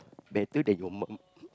better than your mum